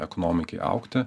ekonomikai augti